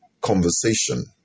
conversation